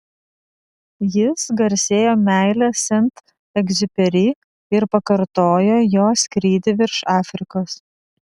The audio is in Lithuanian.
jis garsėjo meile sent egziuperi ir pakartojo jo skrydį virš afrikos